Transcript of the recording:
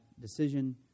decision